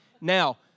Now